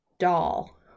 doll